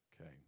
Okay